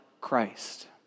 Christ